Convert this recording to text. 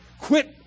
Quit